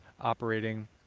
operating